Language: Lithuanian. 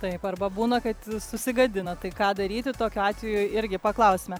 taip arba būna kad susigadina tai ką daryti tokiu atveju irgi paklausime